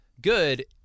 good